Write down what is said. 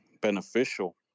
beneficial